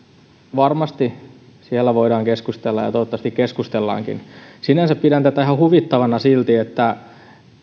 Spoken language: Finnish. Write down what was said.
varmasti siellä voidaan keskustella ja toivottavasti keskustellaankin sinänsä pidän tätä ihan huvittavana silti että